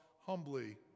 humbly